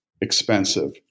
expensive